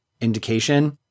indication